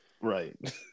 Right